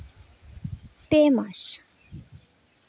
ᱯᱮ ᱢᱟᱥ